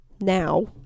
now